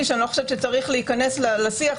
שאני לא חושבת שצריך להיכנס לשיח,